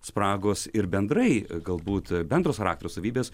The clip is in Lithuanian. spragos ir bendrai galbūt bendros charakterio savybės